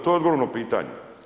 To je odgovor na pitanje.